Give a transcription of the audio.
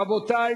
רבותי,